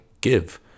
give